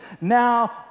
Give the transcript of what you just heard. now